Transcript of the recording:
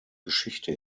geschichte